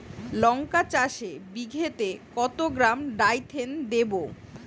লঙ্কা চাষে বিঘাতে কত গ্রাম ডাইথেন দেবো?